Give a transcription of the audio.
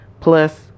plus